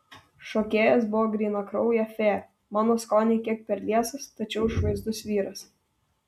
šokėjas buvo grynakraujė fėja mano skoniui kiek per liesas tačiau išvaizdus vyras